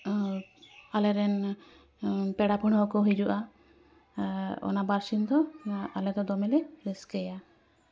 ᱟᱞᱮ ᱨᱮᱱ ᱯᱮᱲᱟ ᱯᱟᱹᱲᱦᱟᱹᱜ ᱠᱚ ᱦᱤᱡᱩᱜᱼᱟ ᱚᱱᱟ ᱵᱟᱨᱥᱤᱧ ᱫᱚ ᱟᱞᱮ ᱫᱚ ᱫᱚᱢᱮᱞᱮ ᱨᱟᱹᱥᱠᱟᱹᱭᱟ